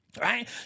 right